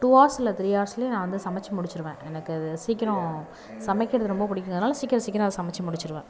two hours இல்லை three ஆர்ஸ்லே நான் வந்து சமைத்து முடிச்சுருவேன் எனக்கு இது சீக்கிரம் சமைக்கிறது ரொம்ப பிடிக்குங்கறதுனால சீக்கிரம் சீக்கிரம் அதை சமைத்து முடிச்சுருவேன்